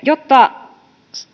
jotta